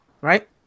Right